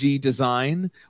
design